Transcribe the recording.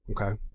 Okay